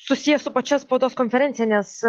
susijęs su pačia spaudos konferencija nes